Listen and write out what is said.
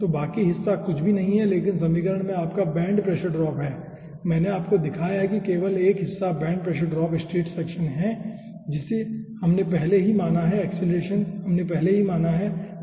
ठीक है तो बाकी हिस्सा कुछ भी नहीं है लेकिन समीकरण में आपका बेंड प्रेशर ड्रॉप है मैंने आपको दिखाया है कि केवल एक हिस्सा bend pressure drop straight section है जिसे हमने पहले ही माना है एक्सेलरेशन हमने पहले ही माना है